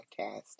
podcast